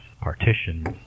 partitions